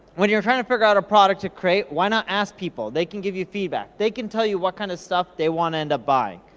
when you're tryin' to figure out a product to create, why not ask people, they can give you feedback. they can tell you what kind of stuff they wanna end up buying.